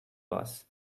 bus